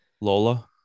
Lola